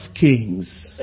kings